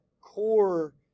core